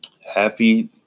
Happy